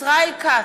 ישראל כץ,